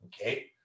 Okay